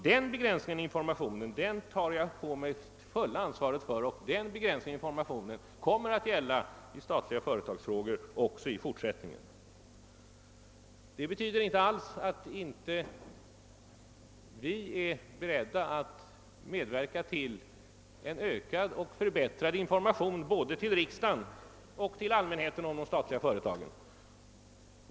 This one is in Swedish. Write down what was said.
Den begränsningen i informationsgivningen tar jag sålunda på mig det fuila ansvaret för, och den begränsningen kommer att gälla statliga företagsfrågor också i fortsättningen. Det betyder inte alls att vi inte är beredda att medverka till en ökad och förbättrad information till både riksdagen och allmänheten om de statliga företagen.